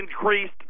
increased